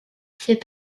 fait